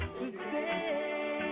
today